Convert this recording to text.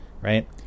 right